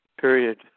Period